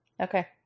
Okay